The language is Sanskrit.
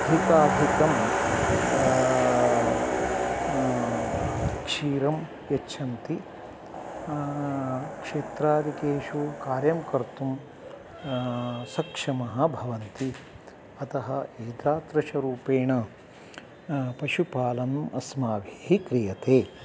अधिकाधिकं क्षीरं यच्छन्ति क्षेत्रादिकेषु कार्यं कर्तुं सक्षमः भवन्ति अतः एतादृशरूपेण पशुपालनम् अस्माभिः क्रियते